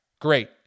Great